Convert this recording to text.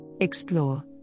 Explore